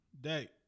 Day